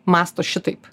mąsto šitaip